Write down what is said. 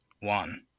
One